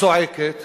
צועקת